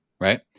right